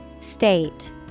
State